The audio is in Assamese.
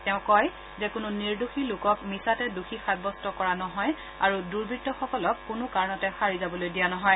তেওঁ কয় যে কোনো নিৰ্দোষী লোকক মিছাতে দোষী সাব্যস্ত কৰা নহয় আৰু দুৰ্বত্তসকলক কোনো কাৰণতে সাৰি যাবলৈ দিয়া নহয়